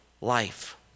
life